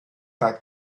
back